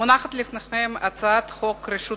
מונחת לפניכם הצעת חוק רשות